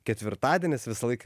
ketvirtadienis visąlaik yra